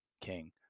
King